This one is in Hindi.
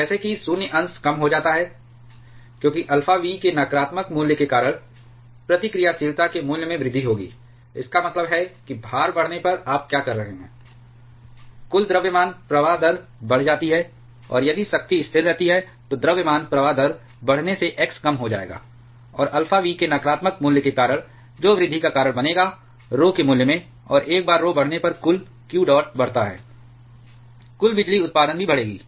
और जैसा कि शून्य अंश कम हो जाता है क्योंकि अल्फा v के नकारात्मक मूल्य के कारण प्रतिक्रियाशीलता के मूल्य में वृद्धि होगी इसका मतलब है कि भार बढ़ने पर आप क्या कह रहे हैं कुल द्रव्यमान प्रवाह दर बढ़ जाती है और यदि शक्ति स्थिर रहती है तो द्रव्यमान प्रवाह दर बढ़ने से x कम हो जाएगा और अल्फा v के नकारात्मक मूल्य के कारण जो वृद्धि का कारण बनेगा RHO के मूल्य में और एक बार RHO बढ़ने पर कुल q डॉट बढ़ता है कुल बिजली उत्पादन भी बढ़ेगा